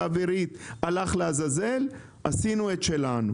האווירית לא ילכו לעזאזל עשינו את שלנו.